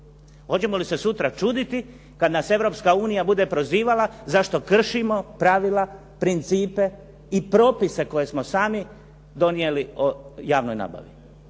Hoćemo li se sutra čuditi kad nas Europska unija bude prozivala zašto kršimo pravila, principe i propise koje smo sami donijeli o javnoj nabavi.